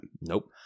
Nope